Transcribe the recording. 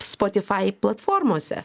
spotify platformose